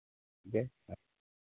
ठीक है